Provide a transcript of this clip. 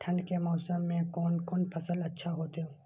ठंड के मौसम में कोन कोन फसल अच्छा होते?